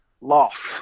loft